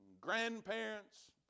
grandparents